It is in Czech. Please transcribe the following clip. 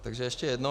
Takže ještě jednou.